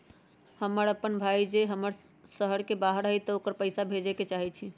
हमर अपन भाई जे शहर के बाहर रहई अ ओकरा पइसा भेजे के चाहई छी